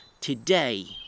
today